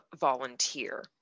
volunteer